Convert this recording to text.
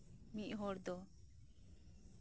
ᱢᱤᱫ ᱦᱚᱲ ᱫᱚ